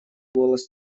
голос